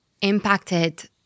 impacted